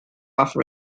often